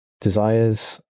desires